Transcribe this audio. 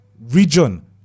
region